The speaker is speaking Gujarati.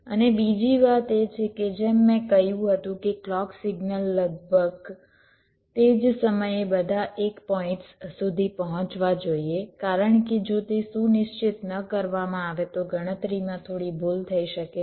અને બીજી વાત એ છે કે જેમ મેં કહ્યું હતું કે ક્લૉક સિગ્નલ લગભગ તે જ સમયે બધા 1 પોઇન્ટ્સ સુધી પહોંચવા જોઈએ કારણ કે જો તે સુનિશ્ચિત ન કરવામાં આવે તો ગણતરીમાં થોડી ભૂલ થઈ શકે છે